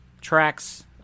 tracks